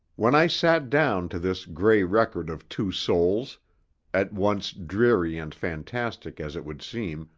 when i sat down to this gray record of two souls at once dreary and fantastic as it would seem,